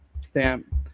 stamp